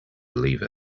believe